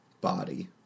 body